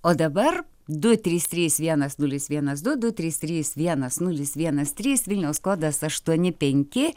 o dabar du trys trys vienas nulis vienas du du trys trys vienas nulis vienas trys vilniaus kodas aštuoni penki